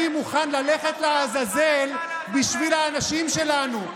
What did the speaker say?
אני מוכן ללכת לעזאזל בשביל האנשים שלנו,